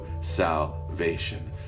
salvation